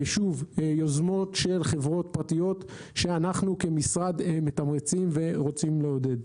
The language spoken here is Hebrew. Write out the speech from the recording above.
יוזמות של חברות פרטיות שאנחנו כמשרד מתמרצים ורוצים לעודד.